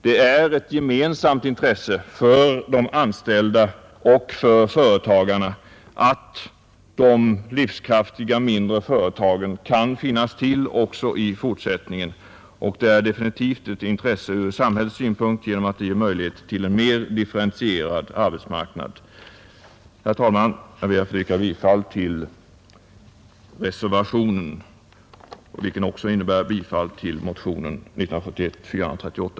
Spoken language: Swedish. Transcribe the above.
Det är ett gemensamt intresse för de anställda och företagarna att de livskraftiga mindre företagen kan finnas till också i fortsättningen, och det är definitivt ett intresse för samhället eftersom det ger möjlighet till en mer differentierad arbetsmarknad och ökad sysselsättning. Herr talman! Jag ber att få yrka bifall till reservationen, vilket också innebär bifall till motionen 438.